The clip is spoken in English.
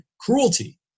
cruelty